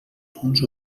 punts